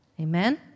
Amen